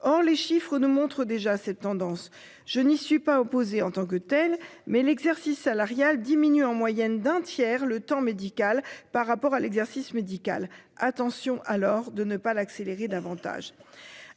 Or, les chiffres ne montrent déjà cette tendance. Je n'y suis pas opposé en tant que telle mais l'exercice salariale diminue en moyenne d'un tiers le temps médical par rapport à l'exercice médical attention alors de ne pas l'accélérer davantage.